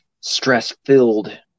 stress-filled